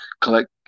collect